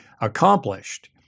accomplished